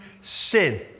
sin